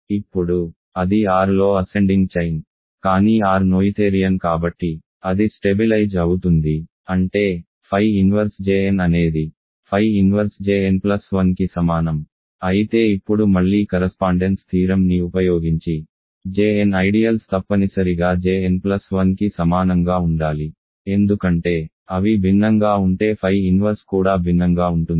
ఇప్పుడు అది R లో అసెండింగ్ చైన్ కానీ R నోయిథేరియన్ కాబట్టి అది స్టెబిలైజ్ అవుతుంది అంటే phi ఇన్వర్స్ Jn అనేది phi ఇన్వర్స్ Jn1 కి సమానం అయితే ఇప్పుడు మళ్లీ కరస్పాండెన్స్ థీరం ని ఉపయోగించి Jn ఐడియల్స్ తప్పనిసరిగా Jn1 కి సమానంగా ఉండాలి ఎందుకంటే అవి భిన్నంగా ఉంటే phi ఇన్వర్స్ కూడా భిన్నంగా ఉంటుంది